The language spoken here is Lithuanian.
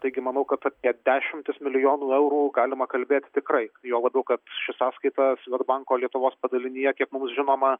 taigi manau kad apie dešimtis milijonų eurų galima kalbėti tikrai juo labiau kad ši sąskaita svedbanko lietuvos padalinyje kiek mums žinoma